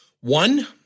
One